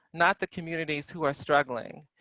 not the communities who are struggling.